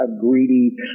greedy